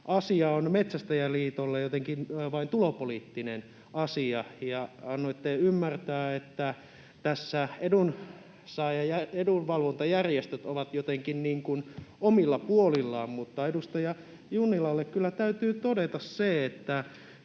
tämä asia on Metsästäjäliitolle jotenkin vain tulopoliittinen asia, ja annoitte ymmärtää, että tässä edunvalvontajärjestöt ovat jotenkin niin kuin omilla puolillaan. Mutta edustaja Junnilalle kyllä täytyy todeta se,